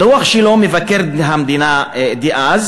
בדוח שלו מבקר המדינה דאז